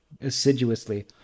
assiduously